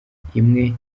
imwe